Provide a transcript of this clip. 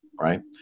right